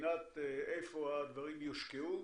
מבחינת איפה הדברים יושקעו.